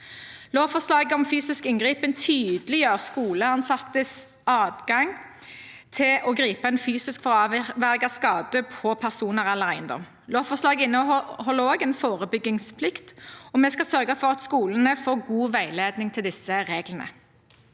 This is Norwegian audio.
Lovforslaget om fysisk inngripen tydeliggjør skoleansattes adgang til å gripe inn fysisk for å avverge skade på personer eller eiendom. Lovforslaget inneholder også en forebyggingsplikt, og vi skal sørge for at skolene får god veiledning i disse reglene.